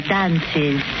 dances